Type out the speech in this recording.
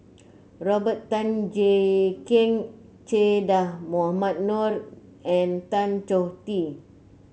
Robert Tan Jee Keng Che Dah Mohamed Noor and Tan Choh Tee